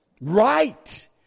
right